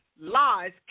lies